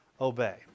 obey